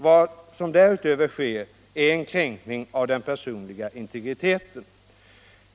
Vad som därutöver sker är en kränkning av den personliga integriteten.